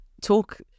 talk